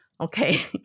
Okay